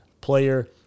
player